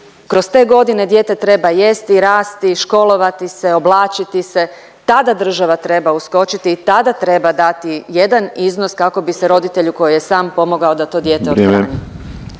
Kroz te godine dijete treba jesti, rasti, školovati se, oblačiti se tada treba država uskočiti i tada treba dati jedan iznos kako bi se roditelju koji je sam pomogao da to dijete othrani.